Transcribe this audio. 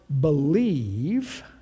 believe